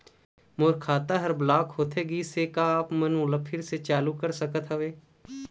मोर खाता हर ब्लॉक होथे गिस हे, का आप हमन ओला फिर से चालू कर सकत हावे?